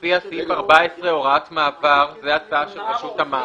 מופיע סעיף 14, הוראת מעבר, והצעה של רשות המים.